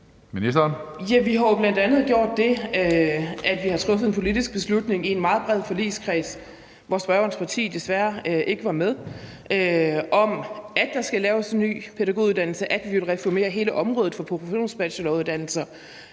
Vi har jo bl.a. gjort det, at vi har truffet en politisk beslutning i en meget bred forligskreds, hvor spørgerens parti desværre ikke var med, om, at der skal laves en ny pædagoguddannelse, og at vi vil reformere hele området for professionsbacheloruddannelser,